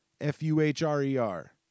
F-U-H-R-E-R